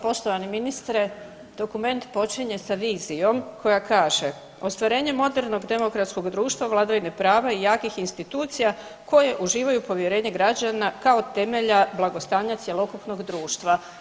Poštovani ministre dokument počinje sa vizijom koja kaže, ostvarenje modernog demokratskog društva, vladavine prava i jakih institucija koje uživaju povjerenje građana kao temelja blagostanja cjelokupnog društva.